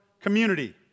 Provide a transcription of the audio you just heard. Community